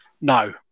No